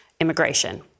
immigration